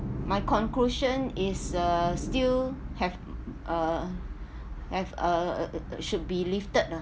my conclusion is uh still have uh have uh should be lifted ah